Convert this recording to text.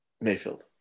Mayfield